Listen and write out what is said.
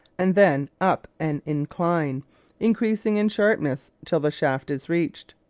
and then up an incline increasing in sharpness till the shaft is reached,